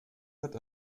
hat